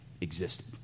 existed